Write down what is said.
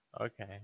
Okay